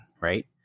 right